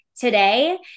today